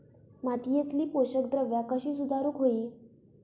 मातीयेतली पोषकद्रव्या कशी सुधारुक होई?